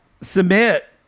submit